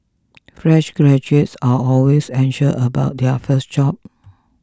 fresh graduates are always about their first job